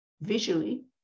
visually